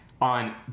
on